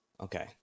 Okay